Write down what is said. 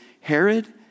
Herod